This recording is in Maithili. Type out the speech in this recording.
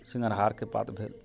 सिङ्गरहारके पात भेल